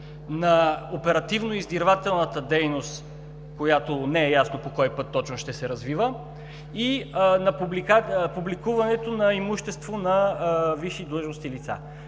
на оперативно-издирвателната дейност, която не е ясно по кой път точно ще се развива, и на публикуването на имущество на висши длъжностни лица?